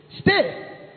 stay